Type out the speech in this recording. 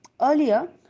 Earlier